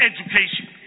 education